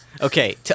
Okay